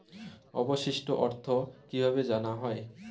অবশিষ্ট অর্থ কিভাবে জানা হয়?